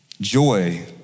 Joy